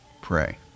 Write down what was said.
Pray